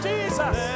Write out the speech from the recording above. Jesus